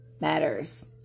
matters